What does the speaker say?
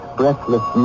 breathless